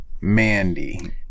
Mandy